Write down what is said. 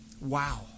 Wow